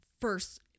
first